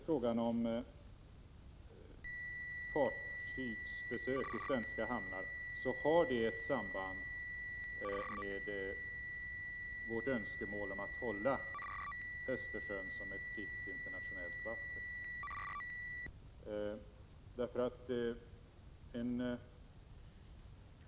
Frågan om fartygsbesök i svenska hamnar har ett samband med vårt önskemål om att behålla Östersjön som ett fritt internationellt vatten.